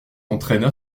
entraîna